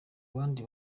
bandi